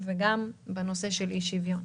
וגם בנושא של אי-שוויון.